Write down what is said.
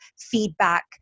feedback